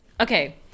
okay